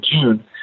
June